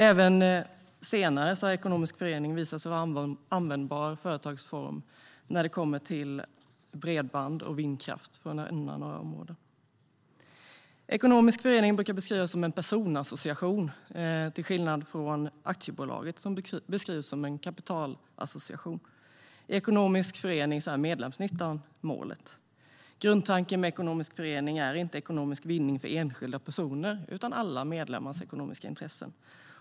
Även senare har ekonomisk förening visat sig vara en användbar företagsform när det kommer till bredband och vindkraft, för att nämna ett par områden. Ekonomisk förening brukar beskrivas som en personassociation, till skillnad från aktiebolaget som beskrivs som en kapitalassociation. I ekonomisk förening är medlemsnyttan målet. Grundtanken med ekonomisk förening är inte ekonomisk vinning för enskilda personer utan alla medlemmars ekonomiska intressen.